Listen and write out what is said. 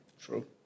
True